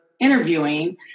interviewing